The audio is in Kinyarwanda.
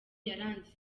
yaranze